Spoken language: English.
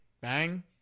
Bang